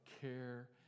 care